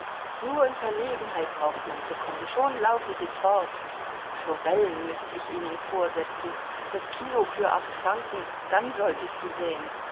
nur in verlegenheit braucht man zu kommen schon laufen sie fort forellen müßt ich ihnen vorsetzen das kilo für acht franken dann solltest du sehen